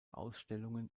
ausstellungen